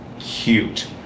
cute